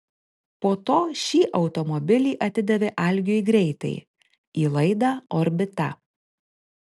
po to šį automobilį atidavė algiui greitai į laidą orbita